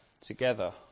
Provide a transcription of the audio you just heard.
together